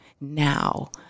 Now